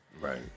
right